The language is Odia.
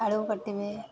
ଆଳୁ କାଟିବେ